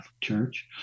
Church